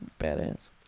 badass